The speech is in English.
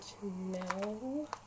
No